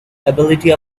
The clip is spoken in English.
ability